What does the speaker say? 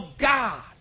God